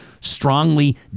strongly